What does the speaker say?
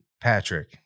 patrick